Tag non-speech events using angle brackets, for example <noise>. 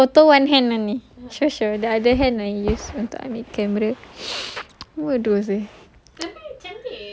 then I take photo one hand only <noise> the other hand I use untuk ambil camera bodoh seh